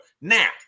Now